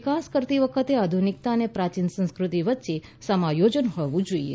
વિકાસ કરતી વખતે આધુનિકતા અને પ્રાચીન સંસ્કૃતિ વચ્ચે સમાયોજન હોવું જોઈએ